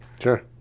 Sure